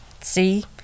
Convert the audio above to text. see